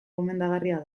gomendagarria